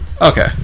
Okay